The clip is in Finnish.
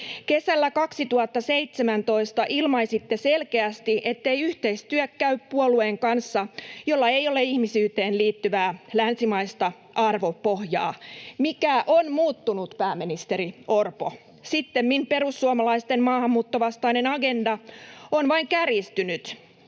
kesällä 2017 ilmaisitte selkeästi, ettei yhteistyö käy puolueen kanssa, jolla ei ole ihmisyyteen liittyvää, länsimaista arvopohjaa. Mikä on muuttunut, pääministeri Orpo? Sittemmin perussuomalaisten maahanmuuttovastainen agenda on vain kärjistynyt.